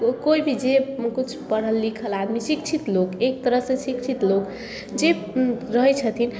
ओ कोइ भी जे किछु पढ़ल लिखल आदमी शिक्षित लोक एक तरह सऽ शिक्षित लोक जे रहै छथिन